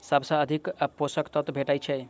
सबसँ अधिक पोसक तत्व भेटय छै?